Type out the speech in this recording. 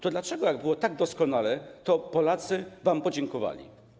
To dlaczego, skoro było tak doskonale, Polacy wam podziękowali?